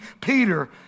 Peter